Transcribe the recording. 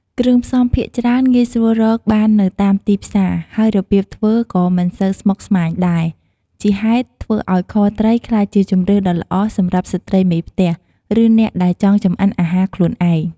គ្រឿងផ្សំភាគច្រើនងាយស្រួលរកបាននៅតាមទីផ្សារ ហើយរបៀបធ្វើក៏មិនសូវស្មុគស្មាញដែរ ជាហេតុធ្វើឱ្យខត្រីក្លាយជាជម្រើសដ៏ល្អសម្រាប់ស្ត្រីមេផ្ទះ ឬអ្នកដែលចង់ចម្អិនអាហារខ្លួនឯង។